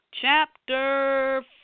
chapter